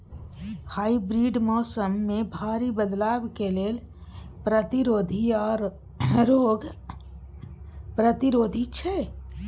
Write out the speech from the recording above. hybrid बीज मौसम में भारी बदलाव के लेल प्रतिरोधी आर रोग प्रतिरोधी छै